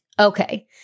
Okay